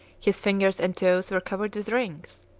his fingers and toes were covered with rings.